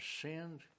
ascend